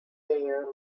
bare